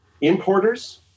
importers